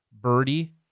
birdie